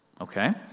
Okay